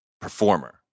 performer